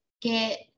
get